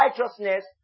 righteousness